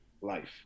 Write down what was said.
life